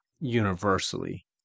universally